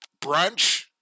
brunch